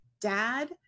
dad